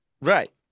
Right